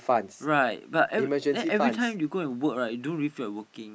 right but eve~ then everytime you go and work right you don't really feel like working